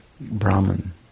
Brahman